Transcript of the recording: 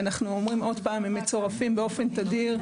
ואנחנו אומרים עוד פעם, הם מצורפים באופן תדיר.